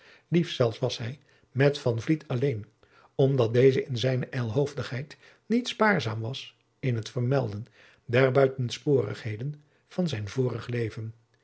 liefst zelfs was hij met van vliet alleen omdat deze in zijne ijlhoofdigheid niet spaarzaam was in het vermelden der buitensporigheden van zijn vorig leven